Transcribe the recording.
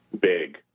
big